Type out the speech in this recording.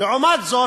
לעומת זאת,